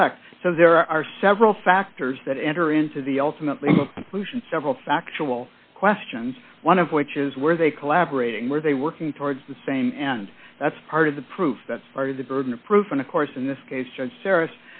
correct so there are several factors that enter into the ultimately bhushan several factual questions one of which is where they collaborating were they working towards the same and that's part of the proof that's part of the burden of proof and of course in this case judge ferr